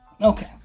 Okay